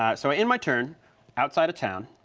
ah so i end my turn outside of town,